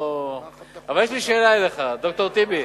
לא, אבל יש לי שאלה אליך, ד"ר טיבי.